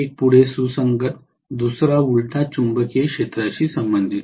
एक पुढे सुसंगत दुसरा उलटा चुंबकीय क्षेत्राशी संबंधित